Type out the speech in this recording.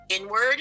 inward